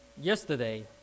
Yesterday